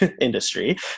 industry